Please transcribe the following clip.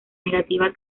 negativa